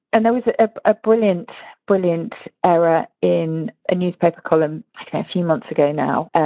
and there was ah ah a brilliant brilliant error in a newspaper column a kind of few months ago now,